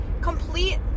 complete